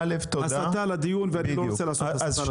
להסטת הדיון ואני לא רוצה לעשות זאת.